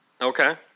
Okay